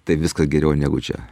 tai viskas geriau negu čia